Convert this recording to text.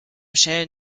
schälen